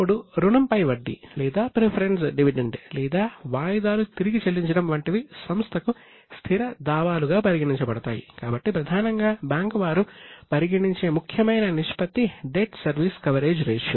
ఇప్పుడు రుణం పై వడ్డీ లేదా preference dividend earnings available for debt సర్వీస్గా ఉంచాలి